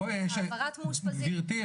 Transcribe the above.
העברת מאושפזים -- גברתי,